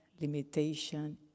limitation